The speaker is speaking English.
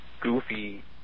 goofy